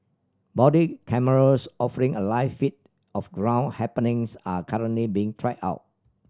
body cameras offering a live feed of ground happenings are currently being tried out